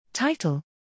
Title